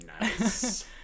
Nice